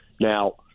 Now